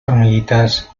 hormiguitas